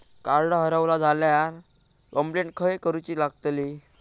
Card हरवला झाल्या complaint खय करूची लागतली?